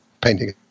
painting